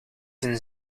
een